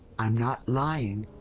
i'm not lying.